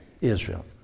Israel